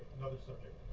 another subject.